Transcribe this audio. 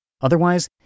Otherwise